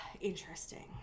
interesting